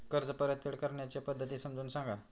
कर्ज परतफेड करण्याच्या पद्धती समजून सांगा